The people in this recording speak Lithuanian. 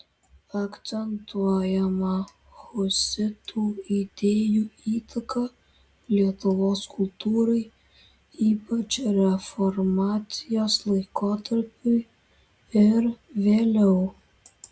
akcentuojama husitų idėjų įtaka lietuvos kultūrai ypač reformacijos laikotarpiui ir vėliau